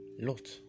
Lot